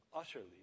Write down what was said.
utterly